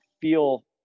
feel